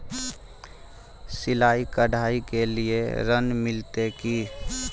सिलाई, कढ़ाई के लिए ऋण मिलते की?